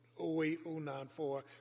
08094